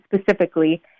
specifically